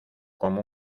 como